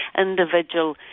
Individual